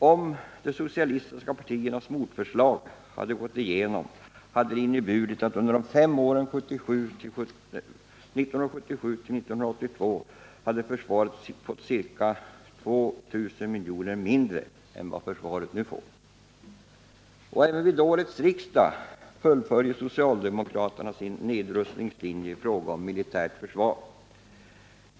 Om de socialistiska partiernas motförslag hade gått igenom, skulle det ha inneburit att försvaret under de fem åren mellan 1977 och 1982 fått ca 2 000 milj.kr. mindre än vad försvaret nu får. Även vid årets riksmöte fullföljer socialdemokraterna sin nedrustningslinje i fråga om militärt försvar.